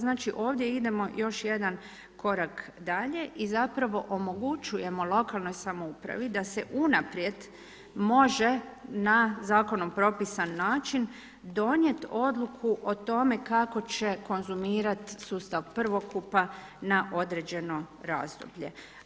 Znači, ovdje idemo još jedan korak dalje i zapravo omogućujemo lokalnoj samoupravi da se unaprijed može na Zakonom propisan način donijet odluku o tome kako će konzumirati sustav prvokupa na određeno razdoblje.